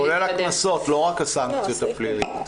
כולל הקנסות, לא רק הסנקציות הפליליות.